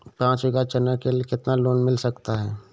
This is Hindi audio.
पाँच बीघा चना के लिए कितना लोन मिल सकता है?